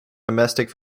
domestic